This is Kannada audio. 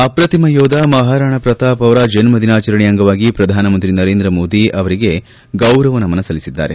ಅಪ್ರತಿಮ ಯೋಧ ಮಹಾರಾಣ ಪ್ರತಾಪ್ ಅವರ ಜನ್ಮ ದಿನಾಚರಣೆಯ ಅಂಗವಾಗಿ ಪ್ರಧಾನಮಂತ್ರಿ ನರೇಂದ್ರ ಮೋದಿ ಅವರಿಗೆ ಗೌರವ ನಮನ ಸಲ್ಲಿಸಿದ್ದಾರೆ